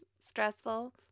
stressful